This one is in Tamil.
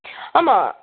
ஆமாம்